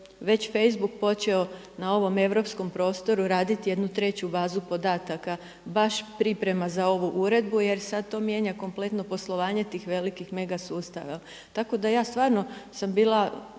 već facebook počeo na ovom europskom prostoru raditi jednu treću bazu podataka, baš priprema za ovu uredbu jer sada to mijenja kompletno poslovanje tih velikih mega sustava. Tako da ja stvarno sam bila